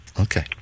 Okay